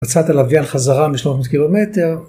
חצה את הלווין חזרה מ-300 קילומטר.